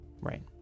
right